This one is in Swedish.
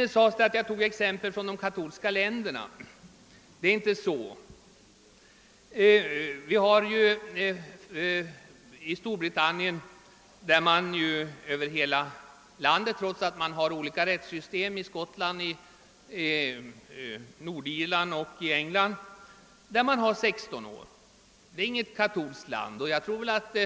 Vidare sades att jag tog exempel från de katolska länderna. Det är inte helt riktigt. I Storbritannien är över hela landet — trots att det finns olika rättssystem i Skottland, Nordirland och England — giftasåldern 16 år. Detta är inget katolskt land, och jag tror att